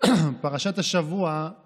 פרשת השבוע היא